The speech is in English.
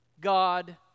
God